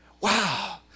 Wow